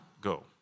go